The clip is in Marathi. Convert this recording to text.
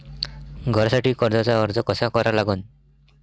घरासाठी कर्जाचा अर्ज कसा करा लागन?